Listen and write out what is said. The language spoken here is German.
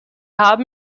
haben